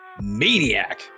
maniac